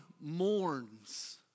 mourns